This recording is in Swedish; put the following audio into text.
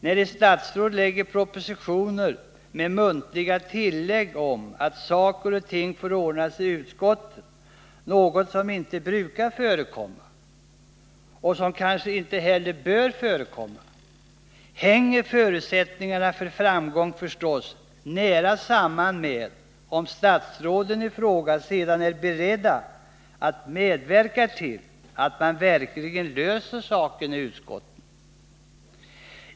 När ett statsråd lägger propositioner med muntliga tillägg om att saker och ting får ordnas i utskottet — något som inte brukar förekomma och som kanske inte heller bör förekomma — hänger förutsättningarna för framgång förstås nära samman med om statsrådet i fråga sedan är beredd att medverka till att man verkligen löser saken i Nr 164 utskottet.